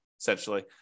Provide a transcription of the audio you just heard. essentially